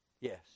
Yes